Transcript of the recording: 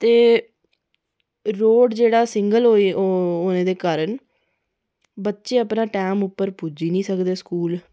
ते रोड़ जेह्ड़ा सिंगल होने दे कारण बच्चे अपने टैम उप्पर पुज्जी नेईं सकदे स्कूल